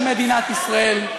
של מדינת ישראל.